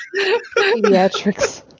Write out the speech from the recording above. pediatrics